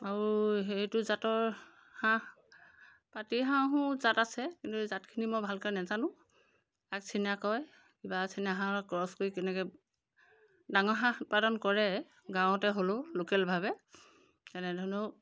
আৰু সেইটো জাতৰ হাঁহ পাতি হাঁহো জাত আছে কিন্তু জাতখিনি মই ভালকৈ নাজানো আগ চিনা কয় কিবা চিনা হাঁহৰ ক্ৰছ কৰি কেনেকৈ ডাঙৰ হাঁহ উৎপাদন কৰে গাঁৱতে হ'লেও লোকেলভাৱে এনেধৰণেও